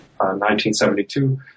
1972